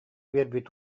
биэрбит